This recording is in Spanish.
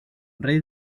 rey